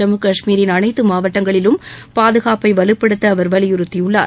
ஜம்மு காஷ்மீரின் அனைத்து மாவட்டங்களிலும் பாதுகாப்பை வலுப்படுத்த அவர் வலியுறுத்தியுள்ளார்